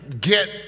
get